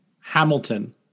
Hamilton